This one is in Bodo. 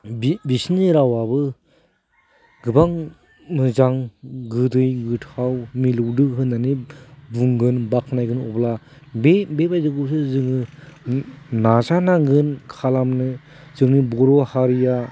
बि बिसिनि रावआबो गोबां मोजां गोदै गोथाव मिलौदो होननानै बुंगोन बाखनायगोन अब्ला बेबायदिखौसो जोङो नाजानांगोन खालामनो जोंनि बर' हारिया